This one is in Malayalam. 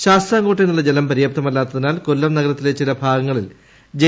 ശാസ്താംകോട്ടയിൽ നിന്നുള്ള ജലം പര്യാപ്തമല്ലാത്തിനാൽ കൊല്ലം നഗരത്തിലെ ചില ഭാഗങ്ങളിൽ ജെ